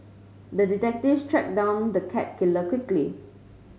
the detective tracked down the cat killer quickly